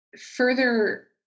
further